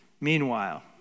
Meanwhile